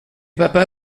papa